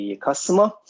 customer